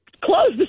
close